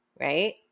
right